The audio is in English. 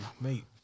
mate